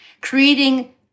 creating